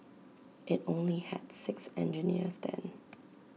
IT only had six engineers then